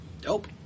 dope